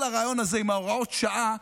כל הרעיון הזה עם הוראות השעה,